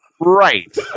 Right